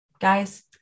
Guys